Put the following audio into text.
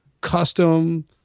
custom